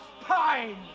pine